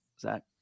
Zach